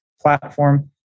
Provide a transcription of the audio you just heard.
platform